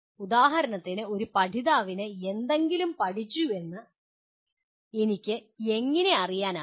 ഉദാഹരണത്തിന് ഒരു പഠിതാവ് എന്തെങ്കിലും പഠിച്ചുവെന്ന് എനിക്ക് എങ്ങനെ അറിയാനാകും